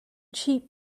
cheat